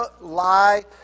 lie